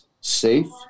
safe